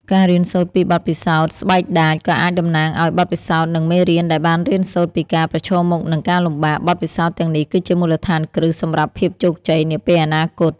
ការរៀនសូត្រពីបទពិសោធន៍ ស្បែកដាច ក៏អាចតំណាងឲ្យ បទពិសោធន៍ និង មេរៀន ដែលបានរៀនសូត្រពីការប្រឈមមុខនឹងការលំបាក បទពិសោធន៍ទាំងនេះគឺជាមូលដ្ឋានគ្រឹះសម្រាប់ភាពជោគជ័យនាពេលអនាគត។